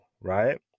right